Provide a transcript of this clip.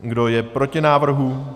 Kdo je proti návrhu?